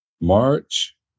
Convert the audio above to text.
March